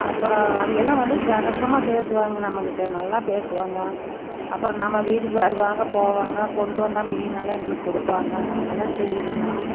அப்புறம் அவகள்லாம் வந்து சகஜமா பேசுவாங்க நம்ம கிட்டே நல்லா பேசுவாங்க அப்புறம் நம்ம வீட்டுக்கு வருவாங்க போவாங்க கொண்டு வந்தால் மீனெல்லாம் எங்களுக்கு கொடுப்பாங்க நாங்களெலாம் செய்வேங்க